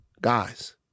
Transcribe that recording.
Guys